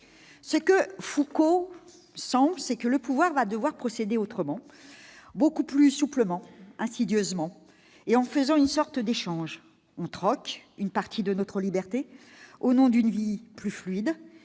Ce que Foucault sent, c'est que le pouvoir va devoir procéder autrement, beaucoup plus souplement, insidieusement, et en faisant une sorte d'échange : on troque une partie de notre liberté au nom d'une vie plus fluide.